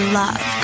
love